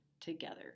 together